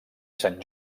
sant